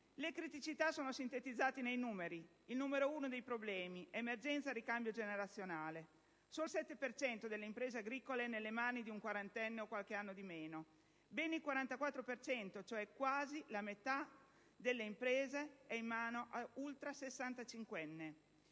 Le criticità sono sintetizzate nei numeri. Il numero uno dei problemi è l'emergenza ricambio generazionale: solo il 7 per cento delle imprese agricole è nelle mani di un quarantenne o con qualche anno di meno; ben il 44 per cento, cioè quasi la metà delle imprese, è in mano ad